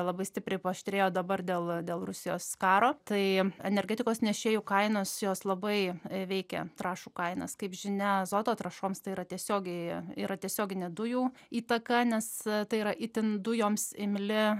labai stipriai paaštrėjo dabar dėl dėl rusijos karo tai energetikos nešėjų kainos jos labai veikia trąšų kainas kaip žinia azoto trąšoms tai yra tiesiogiai yra tiesioginė dujų įtaka nes tai yra itin dujoms imli